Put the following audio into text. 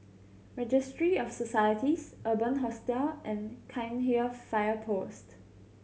Registry of Societies Urban Hostel and Cairnhill Fire Post